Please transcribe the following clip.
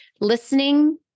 Listening